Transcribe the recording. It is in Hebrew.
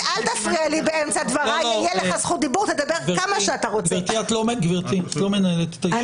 את לא מנהלת את הישיבה,